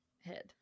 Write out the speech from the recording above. head